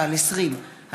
התשע"ח 2017,